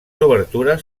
obertures